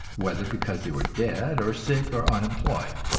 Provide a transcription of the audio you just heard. whether because they were dead or sick or unemployed.